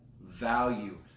value